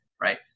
right